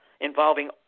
involving